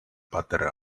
butter